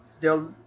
de